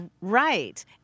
Right